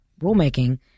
rulemaking